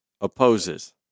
opposes